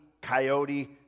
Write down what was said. Coyote